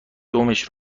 دمش